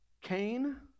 Cain